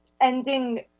ending